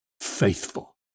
faithful